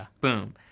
boom